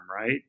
right